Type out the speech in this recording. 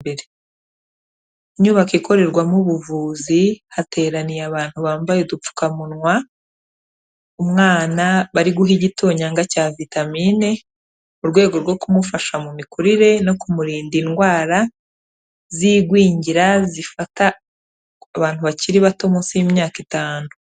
Inyubako ikorerwamo ubuvuzi, hateraniye abantu bambaye udupfukamunwa, umwana bari guha igitonyanga cya vitamine, mu rwego rwo kumufasha mu mikurire no kumurinda indwara z'igwingira zifata abantu bakiri bato, munsi y'imyaka itanu.